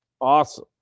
Awesome